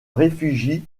réfugient